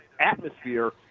atmosphere